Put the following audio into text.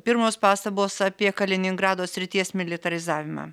pirmos pastabos apie kaliningrado srities militarizavimą